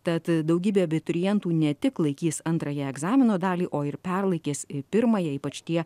tad daugybė abiturientų ne tik laikys antrąją egzamino dalį o ir perlaikys pirmąją ypač tie